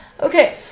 Okay